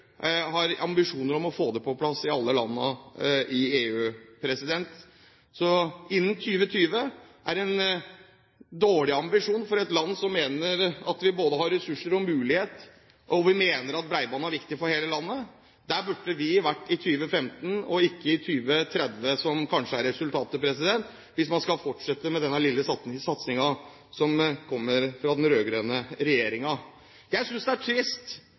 deres ambisjoner om å få det på plass i alle landene der. Innen 2020 er en dårlig ambisjon for et land som mener å ha både ressurser og mulighet, og vi mener at bredbånd er viktig for hele landet. Der burde vi vært i 2015 og ikke i 2030, som kanskje er resultatet, hvis man skal fortsette med denne lille satsingen som kommer fra den rød-grønne regjeringen. Jeg synes det er trist